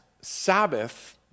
Sabbath